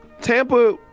Tampa